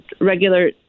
regular